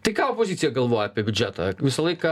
tai ką opozicija galvoja apie biudžetą visą laiką